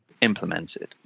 implemented